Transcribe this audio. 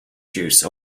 juice